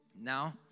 now